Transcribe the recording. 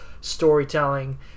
storytelling